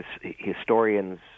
Historians